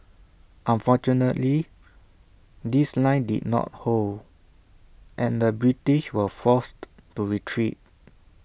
unfortunately this line did not hold and the British were forced to retreat